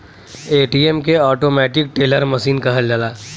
ATM के automatic teller machine कहल जाला